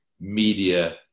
media